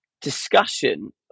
discussion